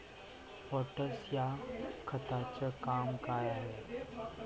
Potash या खताचं काम का हाय?